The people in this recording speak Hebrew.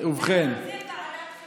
הם רוצים ועדת חינוך,